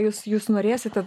jūs jūs norėsite